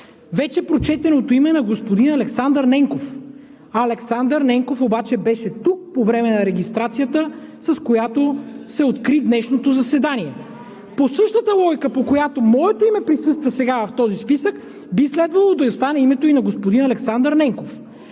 вече прочетеното име на господин Александър Ненков. Александър Ненков обаче беше тук по време на регистрацията, с която се откри днешното заседание. По същата логика, по която моето име присъства сега в този списък, би следвало да остане и името на господин Александър Ненков.